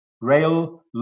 rail